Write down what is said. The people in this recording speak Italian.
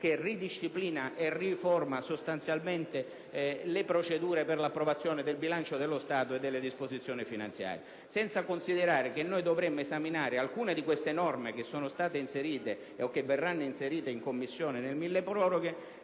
che ridisciplina e riforma sostanzialmente le procedure per l'approvazione del bilancio dello Stato e delle disposizioni finanziarie, e che dovremo esaminare alcune di queste norme, che sono state inserite o che verranno inserite in Commissione nel milleproroghe,